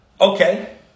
Okay